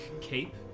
cape